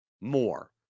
more